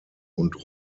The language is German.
und